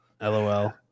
lol